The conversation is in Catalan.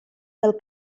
del